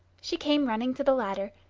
she came running to the ladder,